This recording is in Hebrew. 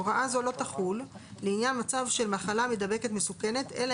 הוראה זו לא תחול לעניין מצב של מחלה מידבקת מסוכנת אלא